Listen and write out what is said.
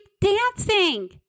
dancing